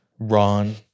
Ron